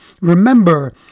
Remember